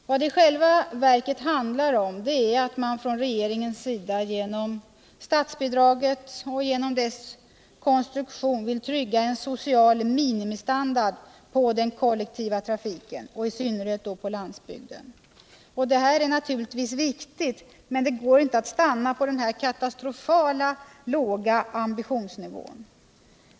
Vad det i själva verket handlar om är att man från regeringens sida genom statsbidraget och dess konstruktion vill trygga en social minimistandard på den kollektiva trafiken, i synnerhet då på landsbygden. Det är naturligtvis viktigt, men det går inte att stanna på den här katastrofalt låga ambitionsnivån.